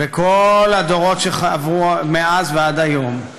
וכל הדורות שעברו מאז ועד היום.